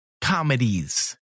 comedies